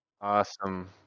awesome